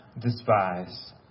despise